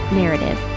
narrative